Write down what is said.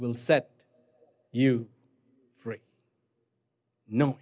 will set you free no